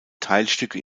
teilstücke